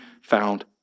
found